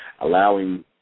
allowing